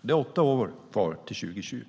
och det är åtta år kvar till 2020.